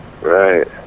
Right